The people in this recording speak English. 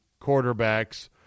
quarterbacks